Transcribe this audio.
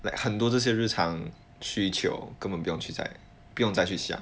that 很多这些日常需求根本不用去睬不用再去想